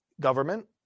government